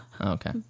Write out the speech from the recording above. Okay